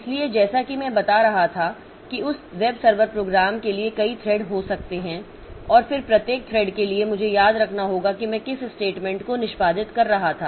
इसलिए जैसा कि मैं बता रहा था कि उस वेब सर्वर प्रोग्राम के लिए कई थ्रेड हो सकते हैं और फिर प्रत्येक थ्रेड के लिए मुझे याद रखना होगा कि मैं किस स्टेटमेंट को निष्पादित कर रहा था